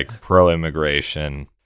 pro-immigration